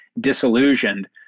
disillusioned